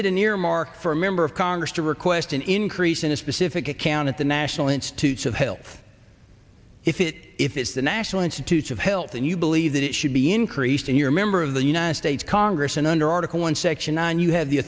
earmark for a member of congress to request an increase in a specific account at the national institutes of health if it if it's the national institutes of health and you believe that it should be increased and you're a member of the united states congress and under article one section and you have the